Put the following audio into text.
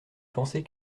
penser